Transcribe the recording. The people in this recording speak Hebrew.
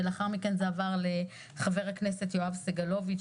ולאחר מכן זה עבר לחבר הכנסת יואב סגלוביץ',